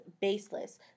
baseless